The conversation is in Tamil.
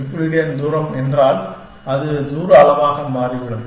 இது யூக்ளிடியன் தூரம் என்றால் அது தூர அளவாக மாறிவிடும்